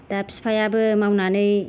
दा बिफायाबो मावनानै